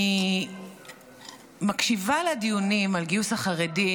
אני מקשיבה לדיונים על גיוס החרדים,